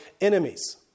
enemies